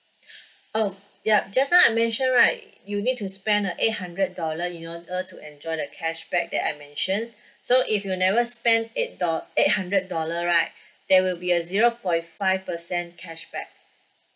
oh ya just now I mentioned right you need to spend uh eight hundred dollar in order to enjoy the cashback that I mentioned so if you never spent eight doll~ eight hundred dollar right there will be a zero point five percent cashback